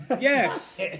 Yes